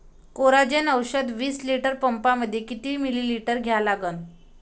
Coragen औषध विस litre पंपामंदी किती मिलीमिटर घ्या लागन?